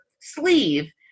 sleeve